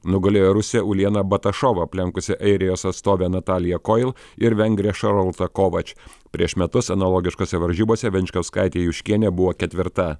nugalėjo rusė uljena batašova aplenkusi airijos atstovę nataliją koil ir vengrę šaroltą kovač prieš metus analogiškose varžybose venčkauskaitė juškienė buvo ketvirta